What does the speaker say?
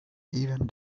even